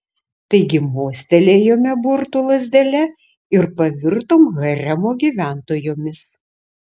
taigi mostelėjome burtų lazdele ir pavirtom haremo gyventojomis